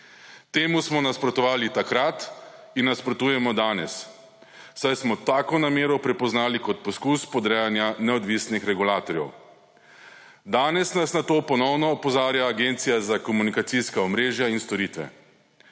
Temu smo nasprotovali takrat in nasprotujemo danes, saj smo tako namero prepoznali kot poskus podrejanja neodvisnih regulatorjev. Danes nas na to ponovno opozarja Agencija za komunikacijska omrežja in storitve.